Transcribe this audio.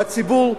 והציבור,